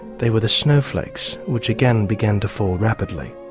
they were the snowflakes, which again began to fall rapidly.